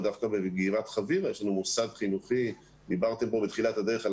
דווקא בגבעת חביבה יש לנו מוסד חינוכי דיברתם פה בתחילת הדרך על